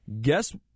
Guess